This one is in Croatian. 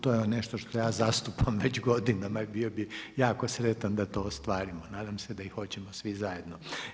To je nešto što ja zastupam već godinama i bio bi jako sretan da to ostvarimo, nadam se da i hoćemo svi zajedno.